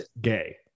gay